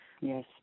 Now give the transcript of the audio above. Yes